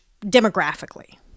demographically